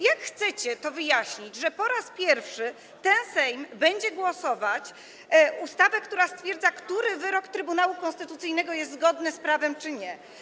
Jak chcecie to wyjaśnić, że po raz pierwszy ten Sejm będzie głosować nad ustawą, która stwierdza, który wyrok Trybunału Konstytucyjnego jest zgodny z prawem, czy nie?